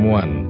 one